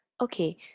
Okay